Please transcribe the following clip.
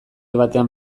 batean